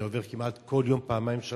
ואני עובר כמעט כל יום פעמיים-שלוש.